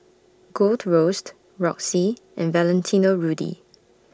Gold Roast Roxy and Valentino Rudy